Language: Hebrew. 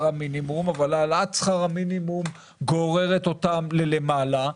המינימום אבל העלאת שכר המינימום גוררת אותם למעלה.